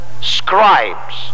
scribes